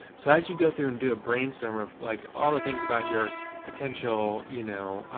so as you go through and do a brainstorm of like all the things about your potential, you know,